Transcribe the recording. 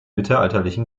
mittelalterlichen